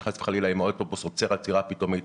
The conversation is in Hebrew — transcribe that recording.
כדי שאם חלילה האוטובוס עוצר עצירה פתאומית